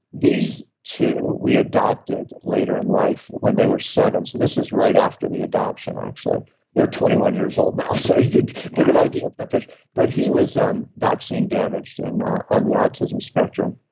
these two, we adopted later in life when they were seven, so this was right after the adoption actually. they're twenty one years old now so you get an idea of the picture but he was um vaccine damaged and on the autism spectrum,